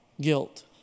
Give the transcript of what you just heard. Guilt